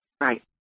Right